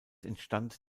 entstand